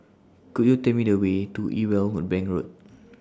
Could YOU Tell Me The Way to Irwell Bank Road